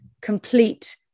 complete